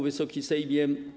Wysoki Sejmie!